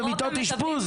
במיטות אשפוז?